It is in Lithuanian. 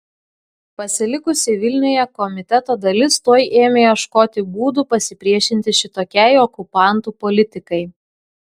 pasilikusi vilniuje komiteto dalis tuoj ėmė ieškoti būdų pasipriešinti šitokiai okupantų politikai